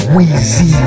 Weezy